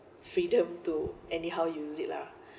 freedom to anyhow use it lah